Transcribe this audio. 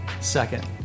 second